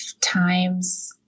times